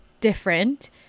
different